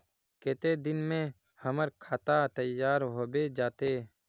केते दिन में हमर खाता तैयार होबे जते?